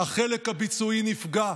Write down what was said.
החלק הביצועי נפגע.